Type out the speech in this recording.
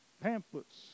pamphlets